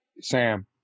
Sam